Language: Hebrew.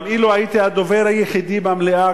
גם אילו הייתי הדובר היחידי במליאה,